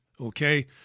Okay